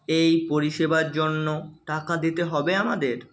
এই পরিষেবার জন্য টাকা দিতে হবে আমাদের